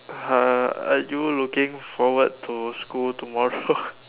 uh are you looking forward to school tomorrow